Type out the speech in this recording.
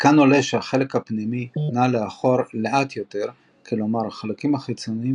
מכאן עולה שהחלק הפנימי נע לאחור לאט יותר כלומר החלקים החיצוניים